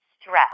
stress